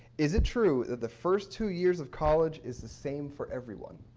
is it true the first two years of college is the same for everyone?